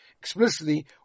Explicitly